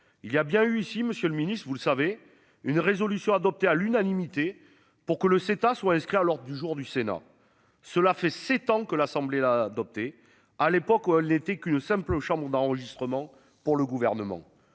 Il y a bien eu ici Monsieur le Ministre, vous le savez une résolution adoptée à l'unanimité pour que le CETA soit inscrit à l'ordre du jour du Sénat. Cela fait 7 ans que l'Assemblée l'adopté à l'époque l'été qu'une simple Auchan enregistrement. Pour le gouvernement